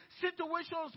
situations